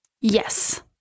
Yes